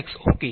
ફક્ત x okay